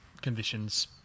conditions